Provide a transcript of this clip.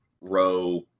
row